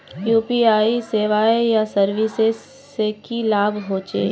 UPI सेवाएँ या services से की लाभ होचे?